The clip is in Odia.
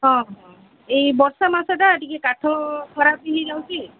ହଁ ଏଇ ବର୍ଷା ମାସଟା ଟିକେ କାଠ ଖରାପ ହୋଇଯାଉଛି